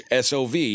SOV